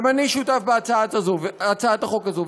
גם אני שותף להצעת החוק הזו,